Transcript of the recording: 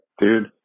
dude